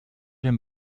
him